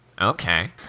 Okay